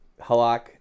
Halak